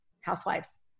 housewives